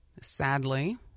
sadly